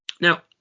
Now